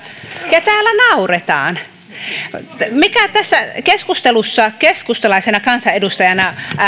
ja täällä nauretaan mikä tässä keskustelussa keskustalaisena kansanedustajana